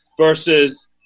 versus